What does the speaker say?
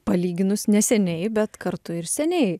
palyginus neseniai bet kartu ir seniai